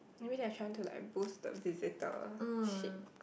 maybe they're to trying to like boost the visitorship